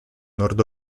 nord